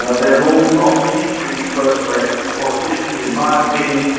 ah they are all not particularly first-rate politicians in my opinion,